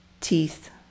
teeth